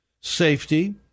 safety